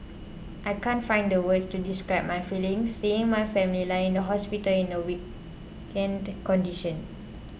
I can't find the words to describe my feelings seeing my family lying in the hospital in the weakened condition